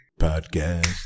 Podcast